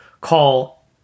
call